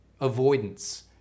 avoidance